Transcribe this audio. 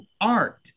art